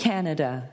Canada